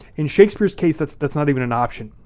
in shakespeare's case, that's that's not even an option.